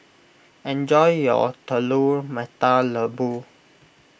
enjoy your Telur Mata Lembu